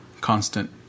constant